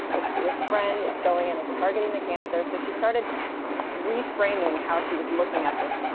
it's your friend, it's going in, it's targeting the cancer so she started reframing how she was looking at this.